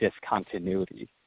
discontinuity